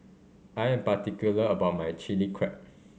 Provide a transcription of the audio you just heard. I am particular about my Chilli Crab